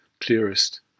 clearest